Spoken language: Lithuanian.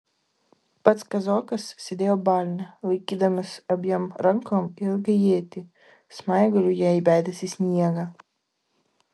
pats kazokas sėdėjo balne laikydamas abiem rankom ilgą ietį smaigaliu ją įbedęs į sniegą